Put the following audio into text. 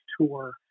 tour